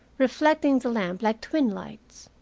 reflecting the lamp like twin lights.